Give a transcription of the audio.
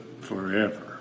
Forever